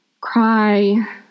cry